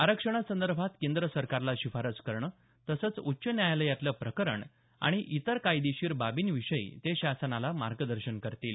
आरक्षणासंदर्भात केंद्र सरकारला शिफारस करणं तसंच उच्च न्यायालयातलं प्रकरण आणि इतर कायदेशीर बाबींविषयी ते शासनाला मार्गदर्शन करतील